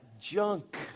junk